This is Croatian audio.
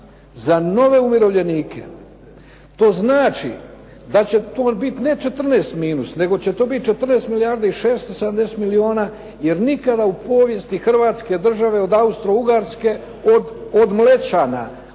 za nove umirovljenike. To znači da će on biti ne 14 minus, nego će to biti 14 milijardi i 670 milijuna jer nikada u povijesti hrvatske države od Austro-Ugarske, od Mlečana